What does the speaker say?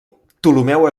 ptolemeu